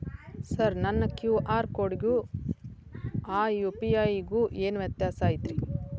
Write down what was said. Sir ನನ್ನ QR ಕೊಡಿಗೂ ಆ ಯು.ಪಿ.ಐ ಗೂ ಏನ್ ವ್ಯತ್ಯಾಸ ಐತ್ರಿ?